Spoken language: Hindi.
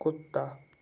कुत्ता